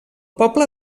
poble